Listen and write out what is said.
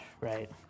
right